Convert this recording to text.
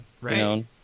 Right